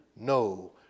No